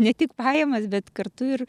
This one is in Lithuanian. ne tik pajamas bet kartu ir